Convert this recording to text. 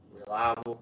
reliable